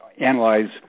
analyze